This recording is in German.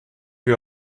wir